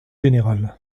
général